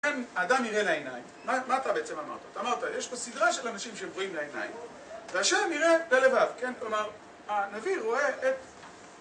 ...האדם יראה לעיניים. מה אתה בעצם אמרת? אתה אמרת, יש פה סדרה של אנשים שהם רואים לעיניים, והשם יראה ללבב, כן? כלומר, הנביא רואה את...